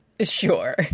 Sure